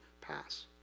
pass